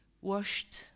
washed